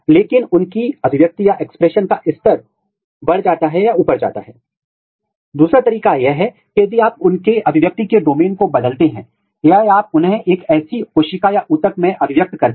हम एक न्यूनतम प्रमोटर और फिर रिपोर्टर्स को लेते हैं और फिर इनहैनसर को ट्रैप करने की कोशिश करते हैं